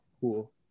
cool